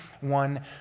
one